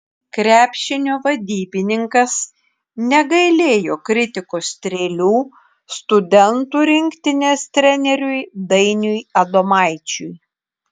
krepšinio vadybininkas negailėjo kritikos strėlių studentų rinktinės treneriui dainiui adomaičiui